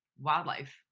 wildlife